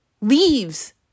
leaves